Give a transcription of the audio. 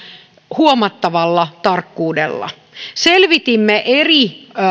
huomattavalla tarkkuudella selvitimme eri